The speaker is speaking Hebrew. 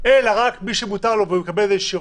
אלא רק מי שמותר לו, זה ישתנה.